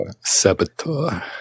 Saboteur